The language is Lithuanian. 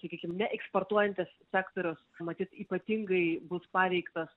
sakykim neeksportuojantis sektorius matyt ypatingai bus paveiktas